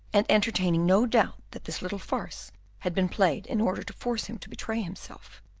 and entertaining no doubt that this little farce had been played in order to force him to betray himself,